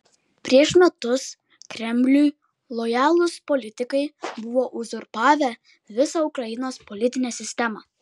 prieš metus kremliui lojalūs politikai buvo uzurpavę visą ukrainos politinę sistemą